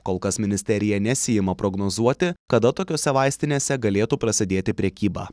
kol kas ministerija nesiima prognozuoti kada tokiose vaistinėse galėtų prasidėti prekyba